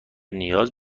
نیاز